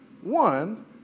one